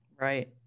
Right